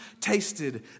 tasted